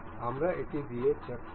আমরা এটি দিয়ে চেক করব